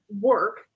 work